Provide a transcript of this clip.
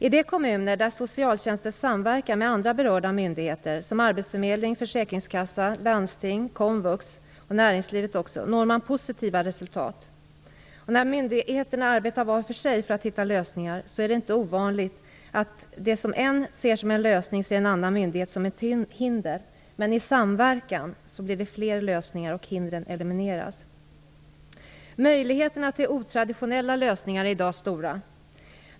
I de kommuner där socialtjänsten samverkar med andra berörda myndigheter som arbetsförmedling, försäkringskassa, landsting, komvux och näringsliv når man positiva resultat. När myndigheterna arbetar var för sig för att hitta lösningar är det inte ovanligt att det som av en ses som en lösning av en annan myndighet ses som ett hinder. Men i samverkan blir det fler lösningar, och hindren elimineras. Möjligheterna till otraditionella lösningar är i dag stora.